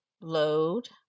load